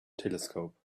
telescope